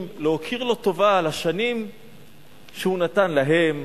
להכיר לו טובה על השנים שהוא נתן להם,